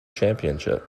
championship